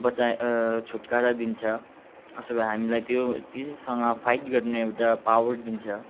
बचाइ छुटकारा दिन्छ उसो भए हामीलाई त्यो त्योसैसँग फाइट गर्ने एउटा पावर दिन्छ